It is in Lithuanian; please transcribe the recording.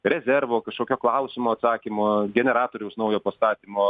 rezervo kažkokio klausimo atsakymo generatoriaus naujo pastatymo